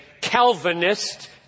Calvinist